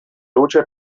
luce